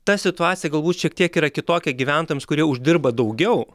ta situacija galbūt šiek tiek yra kitokia gyventojams kurie uždirba daugiau